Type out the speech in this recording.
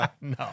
No